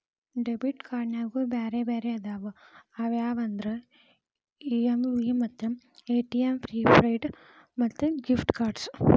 debit ಕ್ಯಾರ್ಡ್ನ್ಯಾಗು ಬ್ಯಾರೆ ಬ್ಯಾರೆ ಅದಾವ ಅವ್ಯಾವಂದ್ರ ಇ.ಎಮ್.ವಿ ಮತ್ತ ಎ.ಟಿ.ಎಂ ಪ್ರಿಪೇಯ್ಡ್ ಮತ್ತ ಗಿಫ್ಟ್ ಕಾರ್ಡ್ಸ್